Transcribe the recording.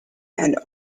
and